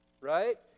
right